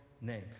name